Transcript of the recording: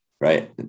Right